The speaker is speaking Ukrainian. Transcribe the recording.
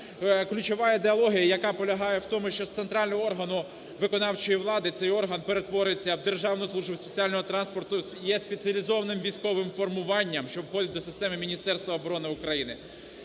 Ключова ідеологія, яка полягає в тому, що з центрального органу виконавчої влади цей орган перетвориться в державну службу спеціального транспорту, є спеціалізованим військовим формуванням, що входить до системи Міністерства оборони України.